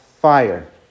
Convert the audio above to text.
fire